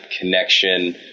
connection